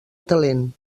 talent